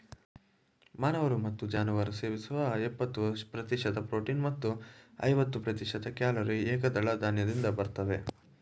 ಮಾನವರು ಮತ್ತು ಜಾನುವಾರು ಸೇವಿಸುವ ಎಂಬತ್ತು ಪ್ರತಿಶತ ಪ್ರೋಟೀನ್ ಮತ್ತು ಐವತ್ತು ಪ್ರತಿಶತ ಕ್ಯಾಲೊರಿ ಏಕದಳ ಧಾನ್ಯದಿಂದ ಬರ್ತವೆ